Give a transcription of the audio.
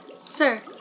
Sir